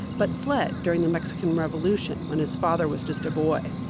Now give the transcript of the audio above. but fled during the mexican revolution, when his father was just a boy.